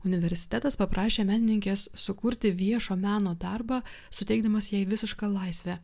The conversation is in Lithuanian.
universitetas paprašė menininkės sukurti viešo meno darbą suteikdamas jai visišką laisvę